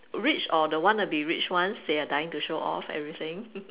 rich or wannabe rich ones they are dying to show off everything